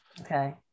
Okay